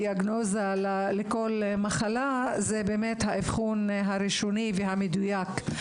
דיאגנוזה לכל מחלה זה האבחון הראשוני והמדויק.